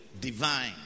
divine